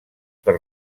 per